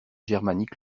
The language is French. germaniques